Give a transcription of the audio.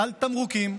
על תמרוקים,